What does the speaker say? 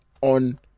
on